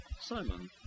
Simon